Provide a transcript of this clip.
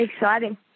exciting